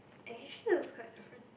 it actually looks quite different